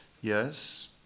yes